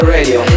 Radio